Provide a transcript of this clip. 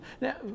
Now